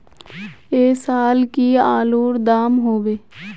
ऐ साल की आलूर र दाम होबे?